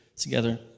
together